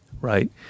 right